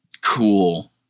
Cool